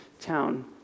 town